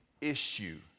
issue